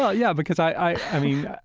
yeah yeah, because, i mean,